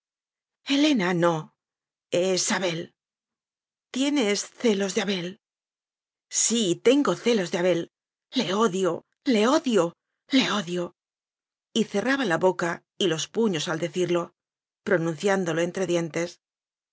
helena plelena no es abel tienes celos de abel sí tengo celos de abel le odio le odio le odioy cerraba la boca y los puños al de cirlo pronunciándolo entre dientes